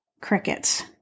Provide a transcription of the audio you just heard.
crickets